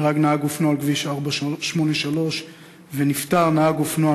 נהרג נהג אופנוע על כביש 483 ונפטר נהג אופנוע